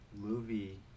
movie